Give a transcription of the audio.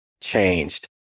changed